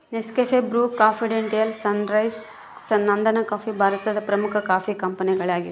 Nescafe, Bru, Confidential, Sunrise, ನಂದನಕಾಫಿ ಭಾರತದ ಪ್ರಮುಖ ಕಾಫಿ ಕಂಪನಿಗಳಾಗಿವೆ